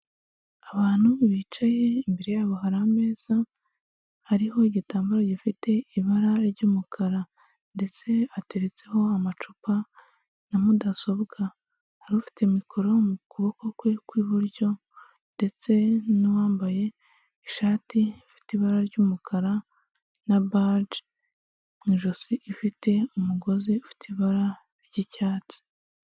Abantu bicaye imbere yabo hari ameza, hariho igitambaro gifite ibara ry'umukara, ndetse ateretseho amacupa na mudasobwa. Hari ufite mikoro mu kuboko kwe kw'iburyo. Ndetse n'uwambaye ishati ifite ibara ry'umukara na baji mu ijosi ifite umugozi ufite ibara ry'icyatsi.